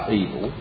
evil